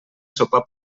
sopar